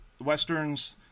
westerns